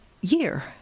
year